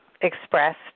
Expressed